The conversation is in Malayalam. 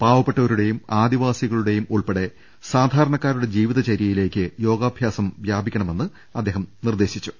പാവ പ്പെട്ടവരുടേയും ആദിവാസികളുടേയും ഉൾപ്പെടെ സാധാര ണക്കാരുടെ ജീവിതചര്യയിലേക്ക് യോഗാഭ്യാസം വ്യാപിക്ക ണമെന്ന് അദ്ദേഹം നിർദേശിച്ചു